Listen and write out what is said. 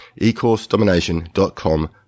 ecoursedomination.com